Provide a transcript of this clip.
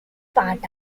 part